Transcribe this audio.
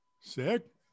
sick